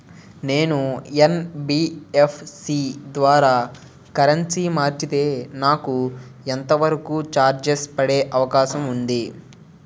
నేను యన్.బి.ఎఫ్.సి ద్వారా కరెన్సీ మార్చితే నాకు ఎంత వరకు చార్జెస్ పడే అవకాశం ఉంది?